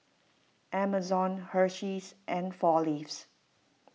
Amazon Hersheys and four Leaves